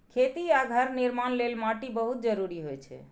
खेती आ घर निर्माण लेल माटि बहुत जरूरी होइ छै